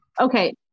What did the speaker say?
Okay